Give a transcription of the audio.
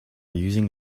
using